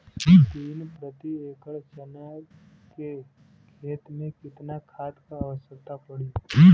तीन प्रति एकड़ चना के खेत मे कितना खाद क आवश्यकता पड़ी?